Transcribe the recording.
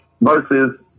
versus